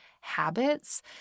habits